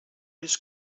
his